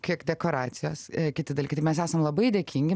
kiek dekoracijos kiti dar dalykai mes esam labai dėkingi